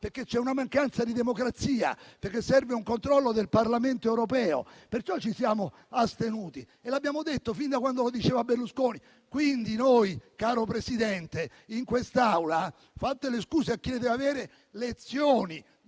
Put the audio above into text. perché c'è una mancanza di democrazia e perché serve un controllo da parte del Parlamento europeo. Per questo ci siamo astenuti e l'abbiamo detto fin da quando lo diceva Berlusconi. Quindi, caro Presidente, noi in quest'Aula, fatte le scuse a chi le deve avere, lezioni